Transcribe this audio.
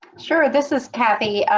sure. this is kathy.